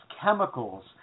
chemicals